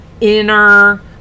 inner